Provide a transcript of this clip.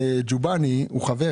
ג'ובאני הוא חבר